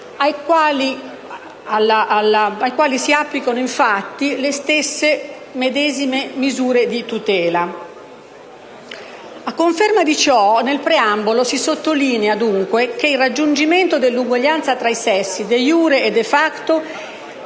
ai quali si applicano infatti le medesime misure di tutela. A conferma di ciò, nel preambolo si sottolinea che il raggiungimento dell'uguaglianza tra i sessi *de jure* e *de facto*